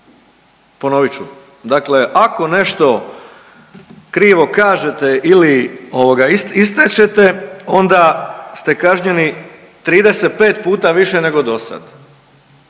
Ponovit ću, dakle ako nešto krivo kažete ili ovoga istešete onda ste kažnjeni 35 puta više nego dosad,